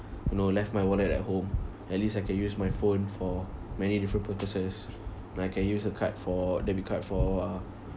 you know left my wallet at home at least I can use my phone for many different purposes and I can use a card for debit card for uh